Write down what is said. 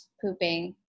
pooping